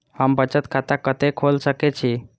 हम बचत खाता कते खोल सके छी?